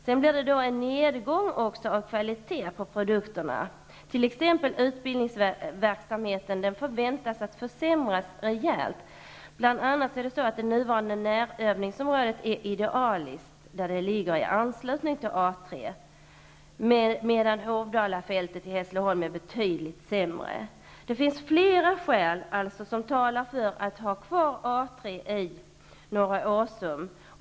Kvaliteten på produkterna går också ner, och man förväntar t.ex. att kvaliteten på utbildningsverksamheten kommer att försämras rejält. Bl.a. är det nuvarande närövningsområdet idealiskt, eftersom det ligger i anslutning till A 3, medan Hovdalafältet i Hässleholm är betydligt sämre. Det finns alltså flera skäl som talar för att man skall ha kvar A 3 i Norra Åsum.